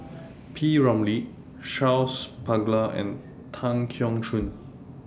P Ramlee Charles Paglar and Tan Keong Choon